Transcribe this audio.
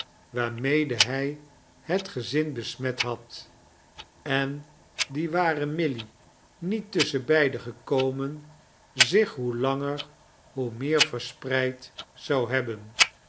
waarmede hij het gezin besmet had en die ware milly niet tusschenbeide gekomen zich hoe langer hoe meer verspreid zou hebben